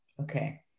Okay